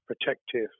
protective